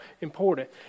important